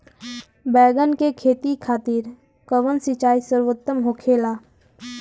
बैगन के खेती खातिर कवन सिचाई सर्वोतम होखेला?